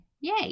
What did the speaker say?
Yay